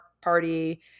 party